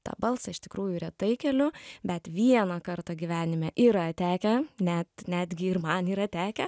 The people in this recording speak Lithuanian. tą balsą iš tikrųjų retai keliu bet vieną kartą gyvenime yra tekę net netgi ir man yra tekę